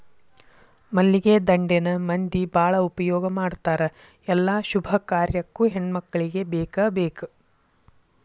ಮಲ್ಲಿಗೆ ದಂಡೆನ ಮಂದಿ ಬಾಳ ಉಪಯೋಗ ಮಾಡತಾರ ಎಲ್ಲಾ ಶುಭ ಕಾರ್ಯಕ್ಕು ಹೆಣ್ಮಕ್ಕಳಿಗೆ ಬೇಕಬೇಕ